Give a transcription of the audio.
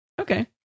okay